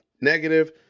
negative